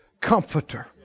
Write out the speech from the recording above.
comforter